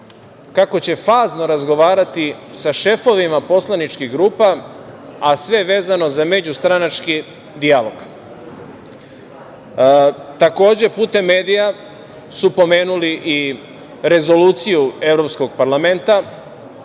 kako će fazno razgovarati sa šefovima poslaničkih grupa, a sve vezano za međustranački dijalog. Takođe, putem medija, su pomenuli i rezoluciju Evropskog parlamenta,